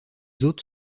hôtes